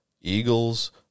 Eagles